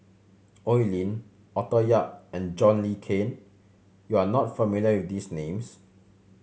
Oi Lin Arthur Yap and John Le Cain you are not familiar with these names